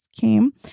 came